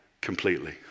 completely